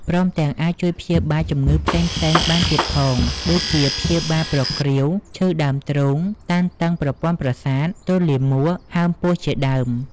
ព្រមទាំងអាចជួយព្យាបាលជំងឺផ្សេងៗ បានទៀតផង ដូចជា ព្យាបាលប្រគ្រីវ ឈឺដើមទ្រូង តានតឹងប្រព័ន្ធប្រសាទ ទល់លាមក ហើមពោះជាដើម។